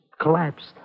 collapsed